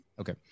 Okay